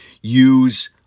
use